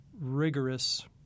rigorous